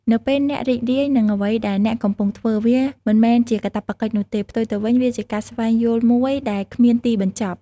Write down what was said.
នៅពេលអ្នករីករាយនឹងអ្វីដែលអ្នកកំពុងធ្វើ វាមិនមែនជាកាតព្វកិច្ចនោះទេ ផ្ទុយទៅវិញ វាជាការស្វែងយល់មួយដែលគ្មានទីបញ្ចប់។